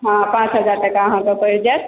हाँ पाँच हजार टका अहाँ कऽ परि जायत